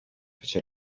fece